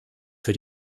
für